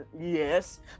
yes